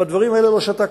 בדברים האלה לא שתקתי.